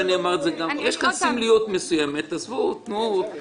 יש כאן סמליות מסוימת כמו שאמר בני,